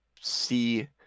see